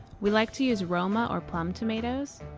we like to use roma or plum tomatoes.